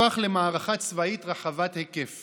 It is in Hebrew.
הפך למערכה צבאית רחבת היקף